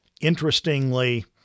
Interestingly